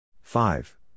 five